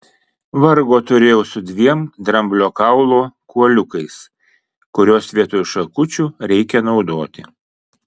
vargo turėjau su dviem dramblio kaulo kuoliukais kuriuos vietoj šakučių reikia naudoti